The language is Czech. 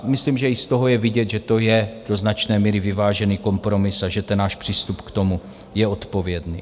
Myslím, že i z toho je vidět, že to je do značné míry vyvážený kompromis a že ten náš přístup k tomu je odpovědný.